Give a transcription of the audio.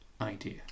idea